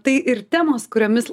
tai ir temos kuriomis